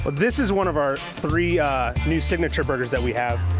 but this is one of our three new signature burgers that we have.